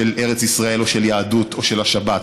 של ארץ ישראל או של יהדות או של השבת.